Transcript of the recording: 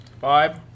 Five